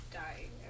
dying